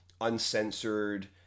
uncensored